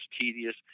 tedious